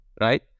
right